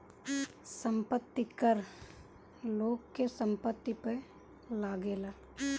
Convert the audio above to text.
संपत्ति कर लोग के संपत्ति पअ लागेला